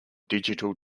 digital